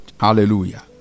Hallelujah